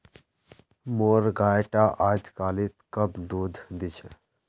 मोर गाय टा अजकालित कम दूध दी छ